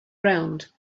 round